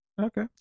Okay